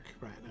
Right